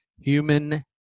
human